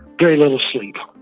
very little sleep.